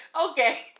Okay